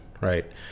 right